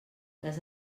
les